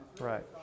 Right